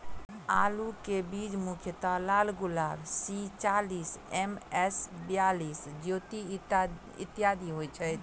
आलु केँ बीज मुख्यतः लालगुलाब, सी चालीस, एम.एस बयालिस, ज्योति, इत्यादि होए छैथ?